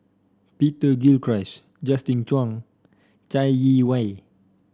Peter Gilchrist Justin Zhuang Chai Yee Wei